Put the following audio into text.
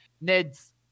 Ned's